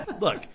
look